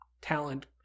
talent